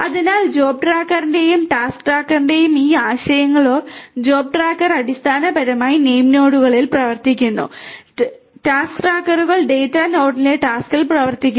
അതിനാൽ ജോബ് ട്രാക്കറിന്റെയും ഈ ആശയങ്ങളാണോ ജോബ് ട്രാക്കർ അടിസ്ഥാനപരമായി നെയിം നോഡുകളിൽ പ്രവർത്തിക്കുന്നു ടാസ്ക് ട്രാക്കറുകൾ ഡാറ്റ നോഡിലെ ടാസ്കിൽ പ്രവർത്തിക്കുന്നു